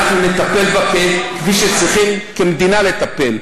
אנחנו נטפל בכם כפי שצריכים כמדינה לטפל.